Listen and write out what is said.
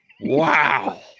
Wow